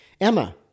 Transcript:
Emma